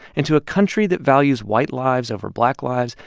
and to a country that values white lives over black lives,